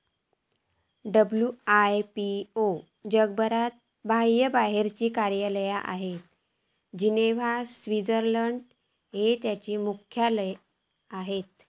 WIPO जगभरात बाह्यबाहेरची कार्यालया आसत, जिनेव्हा, स्वित्झर्लंड हय त्यांचा मुख्यालय आसा